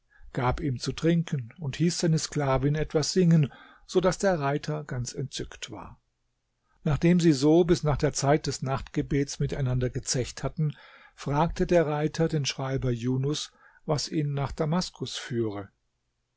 gab ihm zu trinken und hieß seine sklavin etwas singen so daß der reiter ganz entzückt war nachdem sie so bis nach der zeit des nachtgebets miteinander gezecht hatten fragte der reiter den schreiber junus was ihn nach damaskus führe